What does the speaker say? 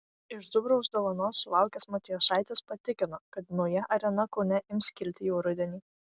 iš zubraus dovanos sulaukęs matijošaitis patikino kad nauja arena kaune ims kilti jau rudenį